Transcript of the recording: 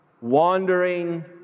wandering